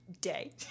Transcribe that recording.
day